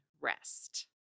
rest